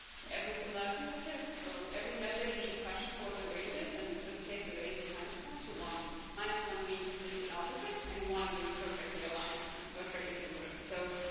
every similarity and measure or every measure you should question what the range is in and this case the range is minus one to one minus one being completely opposite and one being perfectly aligned and perfectly similar so